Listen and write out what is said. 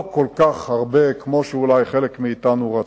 לא כל כך הרבה כמו שאולי חלק מאתנו רצה,